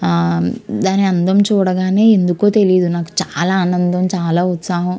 దాని అందం చూడగానే ఎందుకో తెలియదు నాకు చాలా ఆనందం చాలా ఉత్సాహం